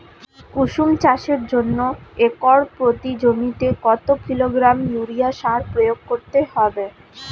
কুসুম চাষের জন্য একর প্রতি জমিতে কত কিলোগ্রাম ইউরিয়া সার প্রয়োগ করতে হবে?